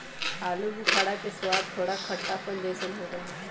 आलू बुखारा के स्वाद थोड़ा खट्टापन जयसन होबा हई